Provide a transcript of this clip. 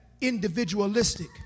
individualistic